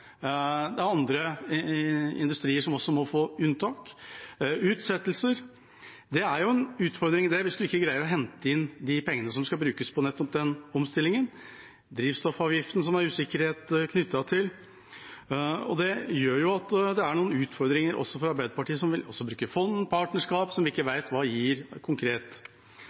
andre industrier som også må få unntak, utsettelser. Det er en utfordring hvis man ikke greier å hente inn de pengene som skal brukes på nettopp den omstillingen – drivstoffavgiften, som det er usikkerhet knyttet til – og det gjør at det er noen utfordringer også for Arbeiderpartiet, som vil bruke fond, partnerskap, som vi ikke vet hva gir konkret.